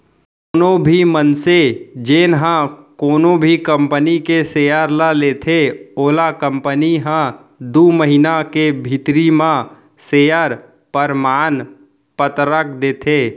कोनो भी मनसे जेन ह कोनो भी कंपनी के सेयर ल लेथे ओला कंपनी ह दू महिना के भीतरी म सेयर परमान पतरक देथे